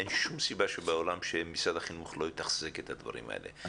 אין שום סיבה בעולם שמשרד החינוך לא יתחזק את הדברים האלה.